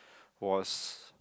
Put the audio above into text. was